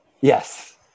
yes